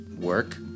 Work